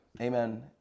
amen